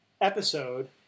episode